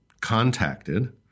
Contacted